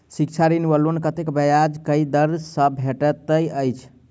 शिक्षा ऋण वा लोन कतेक ब्याज केँ दर सँ भेटैत अछि?